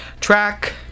track